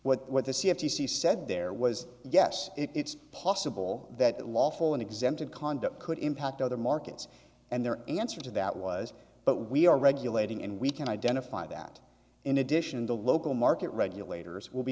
three what the c f he said there was yes it's possible that lawful and exempted conduct could impact other markets and their answer to that was but we are regulating and we can identify that in addition the local market regulators will be